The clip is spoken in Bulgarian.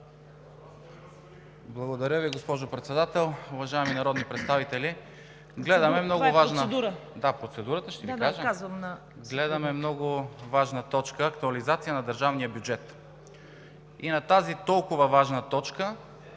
Благодаря Ви, госпожо Председател. Уважаеми народни представители, гледаме много важна точка – актуализация на държавния бюджет. И на тази толкова важна точка